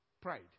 Pride